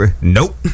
Nope